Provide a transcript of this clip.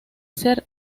ser